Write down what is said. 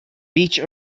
beach